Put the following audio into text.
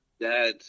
dad